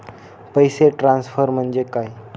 पैसे ट्रान्सफर म्हणजे काय?